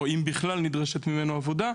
או אם בכלל נדרשת ממנו עבודה,